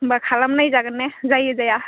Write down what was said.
होमब्ला खालायनायजागोन ने जायो जाया